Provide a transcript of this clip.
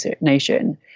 nation